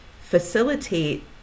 facilitate